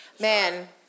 man